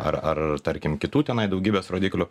ar ar tarkim kitų tenai daugybės rodiklių